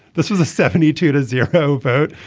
this was a seventy two to zero vote.